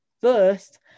first